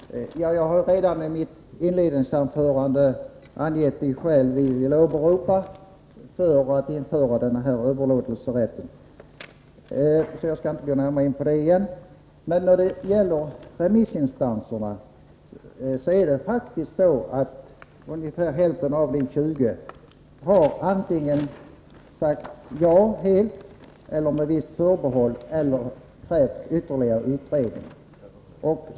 Herr talman! Jag har redan i mitt inledningsanförande angett de skäl vi vill åberopa för att införa denna överlåtelserätt, så jag skall inte gå närmare in på detta igen. Det är faktiskt så att ungefär hälften av de 20 remissinstanserna har antingen sagt ja, helt eller med visst förbehåll, eller krävt ytterligare utredning.